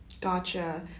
Gotcha